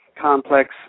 complex